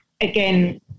again